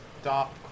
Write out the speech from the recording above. stop